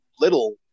little